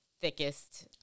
thickest